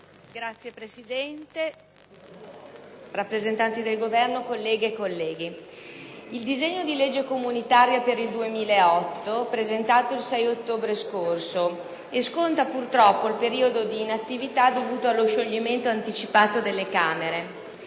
Presidente, signori rappresentanti del Governo, colleghe e colleghi, il disegno di legge comunitaria per il 2008 è stato presentato il 6 ottobre scorso, scontando purtroppo il periodo di inattività dovuto allo scioglimento anticipato delle Camere.